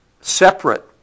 separate